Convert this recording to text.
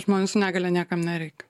žmonių su negalia niekam nereikia